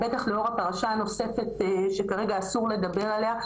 בטח לאור הפרשה הנוספת שכרגע אסור לדבר עליה,